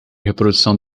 reprodução